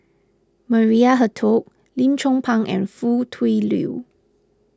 Maria Hertogh Lim Chong Pang and Foo Tui Liew